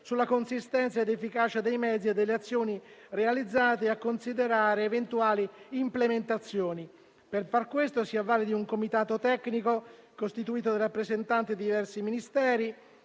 sulla consistenza ed efficacia dei mezzi e delle azioni realizzate e a considerare eventuali implementazioni. Per far questo si avvale di un comitato tecnico costituito da rappresentanti di diversi Ministeri,